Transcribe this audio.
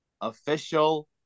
official